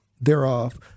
thereof